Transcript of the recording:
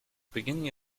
beginning